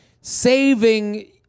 Saving